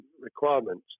requirements